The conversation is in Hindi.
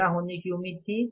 कितना होने की उम्मीद थी